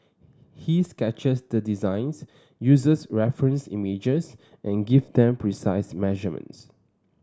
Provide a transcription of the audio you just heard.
he sketches the designs uses reference images and gives them precise measurements